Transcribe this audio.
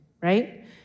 right